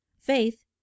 Faith